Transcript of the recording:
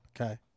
Okay